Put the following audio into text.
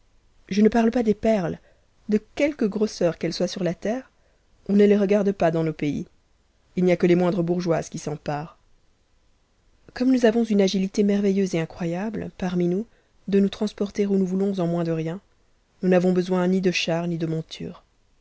je ne parle pas des perles de quelque grosseur qu'elles soient sur la terre on ne les regarde pas dans nos pays i n'y que les moindres bourgeoises qui s'en parent comme nous avons une agilité merveilleuse et incroyable parmi nous de nous transporter où nous voulons en moins de rien nous n'a vous besoin ni de chars ni de montures